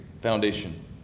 foundation